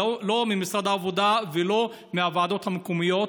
לא ממשרד העבודה ולא מהוועדות המקומיות,